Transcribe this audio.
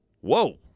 Whoa